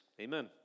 Amen